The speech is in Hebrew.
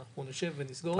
אנחנו נשב ונסגור את זה.